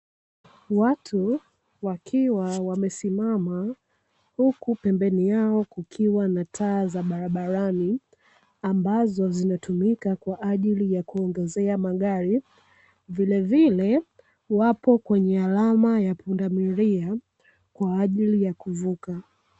Watu wakiwa wamesimama huku pembeni yao kukiwa na taa za barabarani, ambazo zimetumika kwa ajili ya kuongozea magari, vilevile wapo kwenye alama ya pundamilia kwa ajili ya kuvuka.